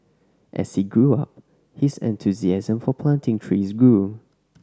as he grew up his enthusiasm for planting trees grew